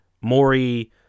Maury